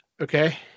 Okay